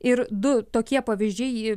ir du tokie pavyzdžiai į